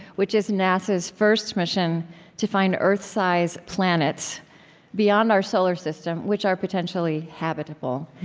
which is nasa's first mission to find earth-size planets beyond our solar system which are potentially habitable